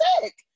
sick